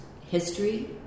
history